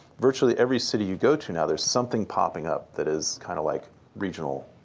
virtually every city you go to now, there's something popping up that is kind of like regional.